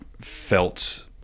felt